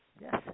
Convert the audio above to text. Yes